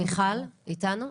מיכל איתנו?